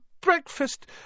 breakfast